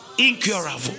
incurable